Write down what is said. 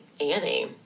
Annie